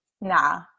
Nah